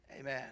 Amen